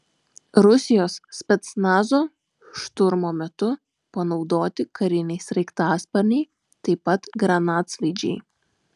rusijos specnazo šturmo metu panaudoti kariniai sraigtasparniai taip pat granatsvaidžiai